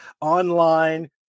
online